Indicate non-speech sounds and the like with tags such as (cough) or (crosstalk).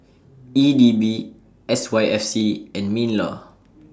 (noise) E D B S Y F C and MINLAW